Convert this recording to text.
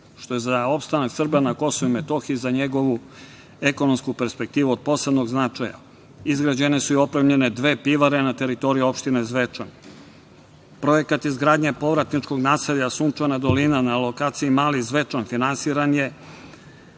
što je za opstanak Srba na KiM za njegovu ekonomsku perspektivu od posebnog značaja. Izgrađene su i opremljene dve pivare na teritoriji opštine Zvečan. Projekat izgradnje povratničkog naselja „Sunčana Dolina“ na lokaciji Mali Zvečan finansiran je